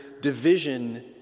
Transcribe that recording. division